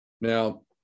Now